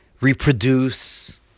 reproduce